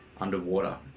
underwater